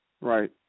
right